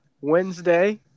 Wednesday